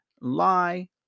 lie